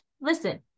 listen